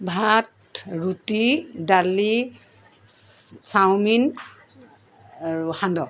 ভাত ৰুটি দালি চাওমিন আৰু সান্দহ